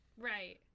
Right